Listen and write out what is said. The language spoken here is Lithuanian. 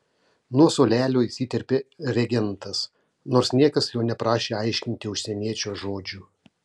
nuo suolelio įsiterpė regentas nors niekas jo neprašė aiškinti užsieniečio žodžių